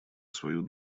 свою